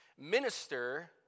minister